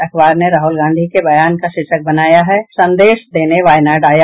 अखबार ने राहुल गांधी के बयान का शीर्षक बनाया है संदेश देने वायनाड आया